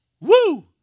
Woo